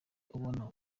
ubona